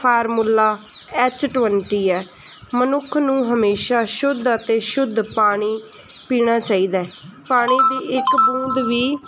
formula H twenty ਹੈ ਮਨੁੱਖ ਨੂੰ ਹਮੇਸ਼ਾ ਸ਼ੁੱਧ ਅਤੇ ਸ਼ੁੱਧ ਪਾਣੀ ਪੀਣਾ ਚਾਹੀਦਾ ਪਾਣੀ ਦੀ ਇੱਕ ਬੂੰਦ ਵੀ